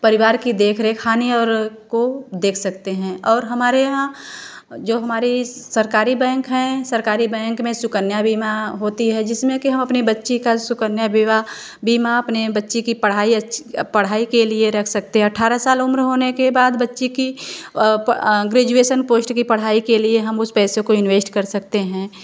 परिवार की देख रेख खाने और को देख सकते हैं और हमारे यहाँ जो हमारी सरकारी बैंक हैं सरकारी बैंक में सुकन्या बीमा होती है जिसमें की हम अपनी बच्ची का सुकन्या बीमा अपनी बच्ची की पढ़ाई पढ़ाई के लिए रख सकते हैं अठारह साल उम्र होने के बाद बच्ची की ग्रेजुएशन पोस्ट की पढ़ाई के लिए हम उस पैसे को इन्वेस्ट कर सकते हैं